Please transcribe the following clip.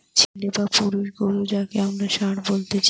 ছেলে বা পুরুষ গরু যাঁকে আমরা ষাঁড় বলতেছি